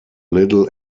little